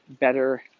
better